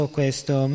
questo